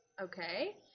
Okay